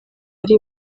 ari